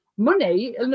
money